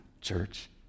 church